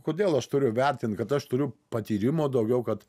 kodėl aš turiu vertint kad aš turiu patyrimo daugiau kad